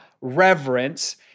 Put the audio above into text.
reverence